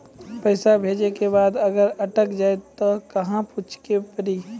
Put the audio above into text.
पैसा भेजै के बाद अगर अटक जाए ता कहां पूछे के पड़ी?